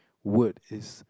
word is